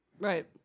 Right